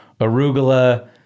arugula